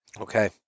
okay